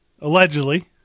Allegedly